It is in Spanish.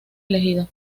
elegido